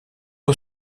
eux